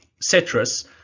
citrus